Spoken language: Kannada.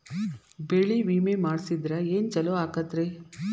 ಬೆಳಿ ವಿಮೆ ಮಾಡಿಸಿದ್ರ ಏನ್ ಛಲೋ ಆಕತ್ರಿ?